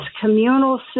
communal